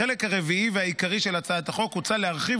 בחלק הרביעי והעיקרי של הצעת החוק הוצע להרחיב